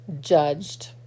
judged